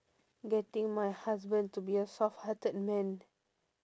getting my husband to be a soft hearted man